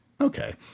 okay